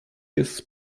jest